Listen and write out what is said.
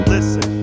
Listen